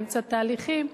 באמצע תהליכים,